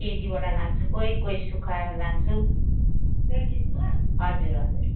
केजीबाट लान्छु कोही कोही सुक्खाएर लान्छु हजुर हजुर